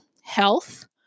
health